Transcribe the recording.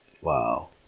Wow